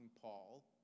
Paul